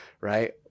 right